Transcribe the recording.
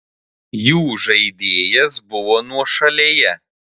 jų žaidėjas buvo nuošalėje